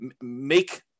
make